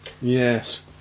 yes